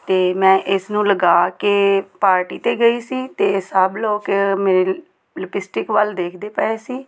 ਅਤੇ ਮੈਂ ਇਸ ਨੂੰ ਲਗਾ ਕੇ ਪਾਰਟੀ 'ਤੇ ਗਈ ਸੀ ਅਤੇ ਸਭ ਲੋਕ ਮੇਰੀ ਲਿਪਿਸਟਿਕ ਵੱਲ ਦੇਖਦੇ ਪਏ ਸੀ